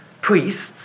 priests